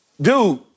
dude